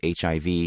HIV